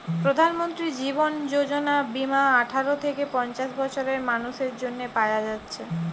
প্রধানমন্ত্রী জীবন যোজনা বীমা আঠারো থিকে পঞ্চাশ বছরের মানুসের জন্যে পায়া যাচ্ছে